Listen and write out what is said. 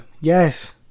Yes